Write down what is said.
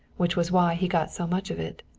which was why he got so much of it.